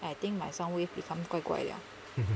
I think my sound wave become 怪怪了